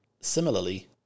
Similarly